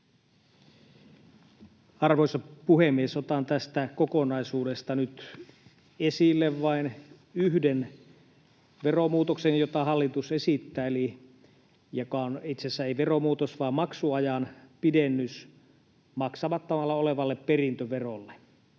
Arvoisa puhemies! Otan tästä kokonaisuudesta nyt esille vain yhden veromuutoksen, jota hallitus esittää, joka ei itse asiassa ole veromuutos vaan maksuajan pidennys maksamatta olevalle perintöverolle.